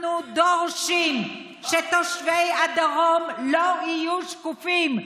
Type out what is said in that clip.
אנחנו דורשים שתושבי הדרום לא יהיו שקופים,